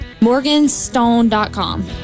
Morganstone.com